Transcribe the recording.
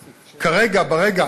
כרגע, ברגע